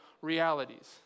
realities